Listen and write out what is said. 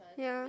ya